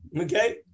Okay